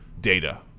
data